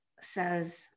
says